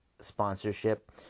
sponsorship